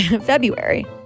February